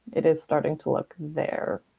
it is starting to look there.